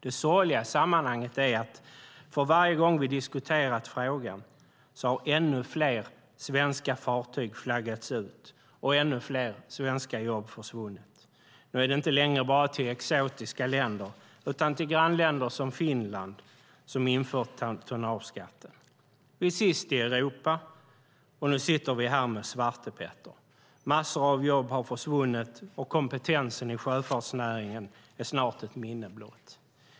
Det sorgliga i sammanhanget är att för varje gång vi har diskuterat frågan har ännu fler svenska fartyg flaggats ut och ännu fler svenska jobb försvunnit, nu är det inte längre bara till exotiska länder utan till grannländer som Finland, som har infört tonnageskatten. Vi är sist i Europa, och nu sitter vi här med svartepetter. Massor av jobb har försvunnit och kompetensen i sjöfartsnäringen är snart ett minne blott.